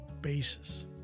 basis